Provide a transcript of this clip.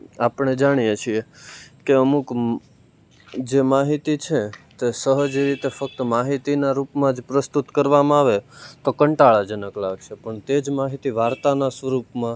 આપણે જાણીએ છીએ કે અમુક જે માહિતી છે તે સહજ રીતે ફક્ત માહિતીના રૂપમાં જ પ્રસ્તુત કરવામાં આવે તો કંટાળાજનક લાગે છે પણ તેજ માહિતી વાર્તાના સ્વરૂપમાં